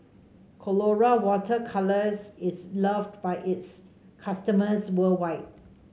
Colora Water Colours is loved by its customers worldwide